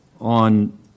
on